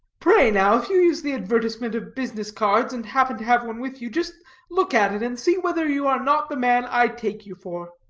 pray, now, if you use the advertisement of business cards, and happen to have one with you, just look at it, and see whether you are not the man i take you for.